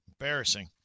Embarrassing